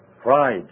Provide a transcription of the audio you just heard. Pride